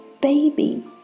baby